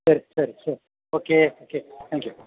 ശരി ശരി ശരി ഓക്കേ ഓക്കെ താങ്ക്യൂ